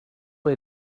way